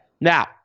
Now